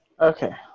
Okay